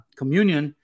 communion